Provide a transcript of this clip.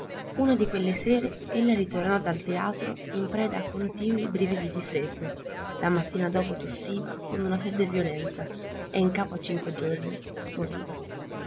una di quelle sere ella ritornò dal teatro in preda a continui brividi di freddo la mattina dopo tossiva con una febbre violenta e in capo a cinque giorni moriva